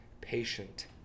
Patient